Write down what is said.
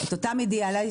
את אותם אידיאליסטים,